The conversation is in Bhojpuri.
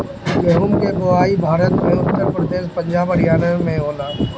गेंहू के बोआई भारत में उत्तर प्रदेश, पंजाब, हरियाणा में होला